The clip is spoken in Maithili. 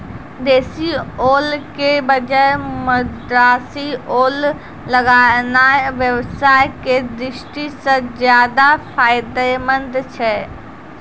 देशी ओल के बजाय मद्रासी ओल लगाना व्यवसाय के दृष्टि सॅ ज्चादा फायदेमंद छै